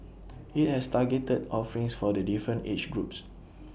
IT has targeted offerings for the different age groups